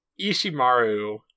Ishimaru